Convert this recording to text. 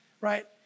right